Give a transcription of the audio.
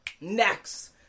Next